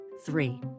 Three